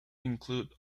include